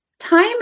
Time